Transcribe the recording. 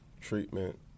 treatment